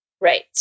Right